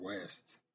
West